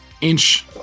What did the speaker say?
inch